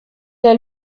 est